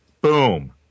boom